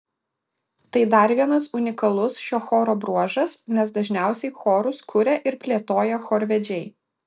tai dar vienas unikalus šio choro bruožas nes dažniausiai chorus kuria ir plėtoja chorvedžiai